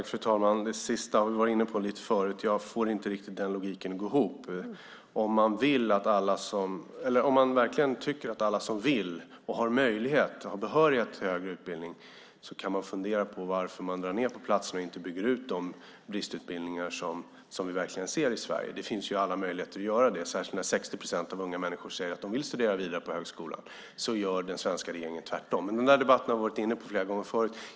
Fru talman! Det sista har vi varit inne på förut. Jag får inte logiken att gå ihop. Om man verkligen tycker att alla som vill och har behörighet till högre utbildning ska få det kan man fundera över varför man drar ned på antalet platser och inte bygger ut de bristutbildningar som vi har i Sverige. Det finns alla möjligheter att göra det, särskilt när 60 procent av de unga säger att de vill studera vidare på högskolan. Den svenska regeringen gör tvärtom. Den debatten har vi varit inne på flera gånger.